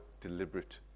deliberate